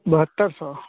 बहत्तर सौ